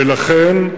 ולכן,